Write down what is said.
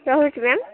ରହୁଛି ମ୍ୟାମ୍